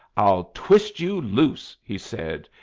i'll twist you loose, he said,